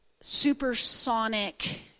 supersonic